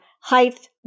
height